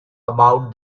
about